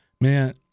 man